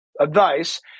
advice